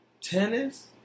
tennis